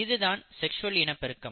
இதுதான் செக்ஸ்வல் இனப்பெருக்கம்